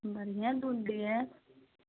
बढ़िएँ दूध दिहए